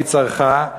והיא צרחה.